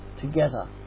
together